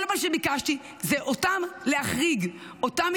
כל מה שביקשתי הוא להחריג אותם,